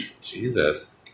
Jesus